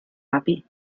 api